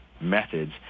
methods